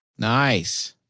nice.